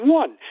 one